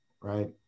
right